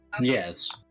Yes